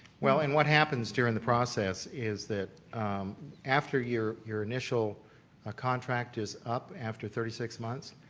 well, and what happens during the process is that after your your initial ah contract is up after thirty six months,